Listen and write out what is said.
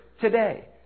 today